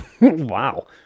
wow